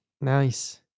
Nice